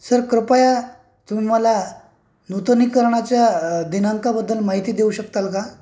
sir कृपया तुम्ही मला नूतनीकरणाच्या दिनांकाबद्दल माहिती देऊ शकताल का